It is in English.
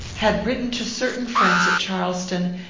had written to certain friends at charleston,